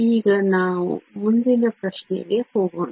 ಈಗ ನಾವು ಮುಂದಿನ ಪ್ರಶ್ನೆಗೆ ಹೋಗೋಣ